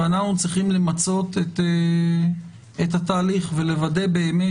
ואנחנו צריכים למצות את התהליך ולוודא באמת,